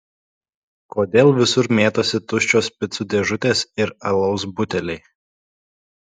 kodėl visur mėtosi tuščios picų dėžutės ir alaus buteliai